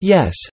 Yes